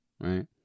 right